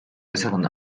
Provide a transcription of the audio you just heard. besseren